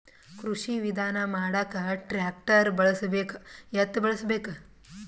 ಕೃಷಿ ವಿಧಾನ ಮಾಡಾಕ ಟ್ಟ್ರ್ಯಾಕ್ಟರ್ ಬಳಸಬೇಕ, ಎತ್ತು ಬಳಸಬೇಕ?